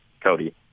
Cody